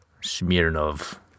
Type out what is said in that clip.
Smirnov